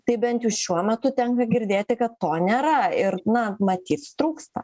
tai bent jau šiuo metu tenka girdėti kad to nėra ir na matyt trūksta